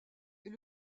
est